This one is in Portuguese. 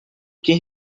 quem